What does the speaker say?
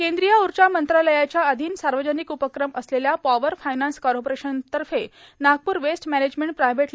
केंद्रीय ऊर्जा मंत्रालयाच्या अधीन सार्वजनिक उपक्रम असलेल्या पॉवर फायनाव्स कॉर्पोरेशनतर्फे नागपूर वेस्ट मॅनेजमेंट प्रायव्हेट